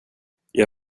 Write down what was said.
jag